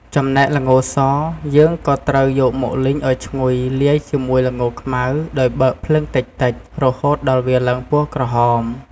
ចំណែក ល្ងសយើងក៏ត្រូវយកមកលីងឱ្យឈ្ងុយលាយជាមួយល្ងខ្មៅដោយបើកភ្លើងតិចៗ រហូតដល់វាឡើងពណ៍ក្រហម។